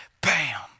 Bam